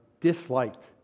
disliked